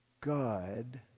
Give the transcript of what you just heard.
God